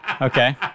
Okay